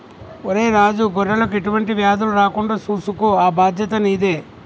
ఒరై రాజు గొర్రెలకు ఎటువంటి వ్యాధులు రాకుండా సూసుకో ఆ బాధ్యత నీదే